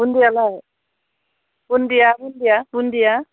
बुन्दियालाय बुन्दिया बुन्दिया बुन्दिया